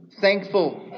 thankful